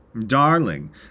Darling